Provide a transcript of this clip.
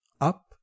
up